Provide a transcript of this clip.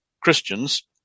Christians